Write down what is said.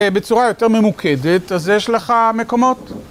בצורה יותר ממוקדת, אז יש לך מקומות?